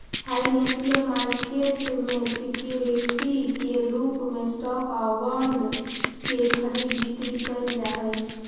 financial market में security के रूप में स्टॉक आउ बॉन्ड के खरीद बिक्री कैल जा हइ